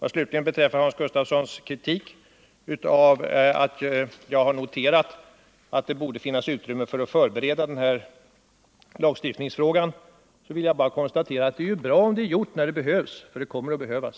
Vad slutligen beträffar Hans Gustafssons kritik av att jag noterat att det borde finnas utrymme för att förbereda denna lagstiftningsfråga, vill jag bara konstatera att det är bra om det är gjort när det behövs, för det kommer att behövas.